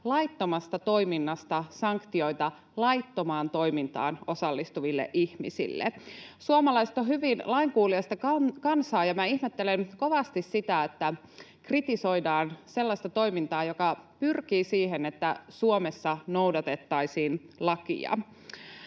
laittomasta toiminnasta sanktioita laittomaan toimintaan osallistuville ihmisille. Suomalaiset ovat hyvin lainkuuliaista kansaa, ja minä ihmettelen kovasti sitä, että kritisoidaan sellaista toimintaa, joka pyrkii siihen, että Suomessa noudatettaisiin lakia.